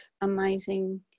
amazing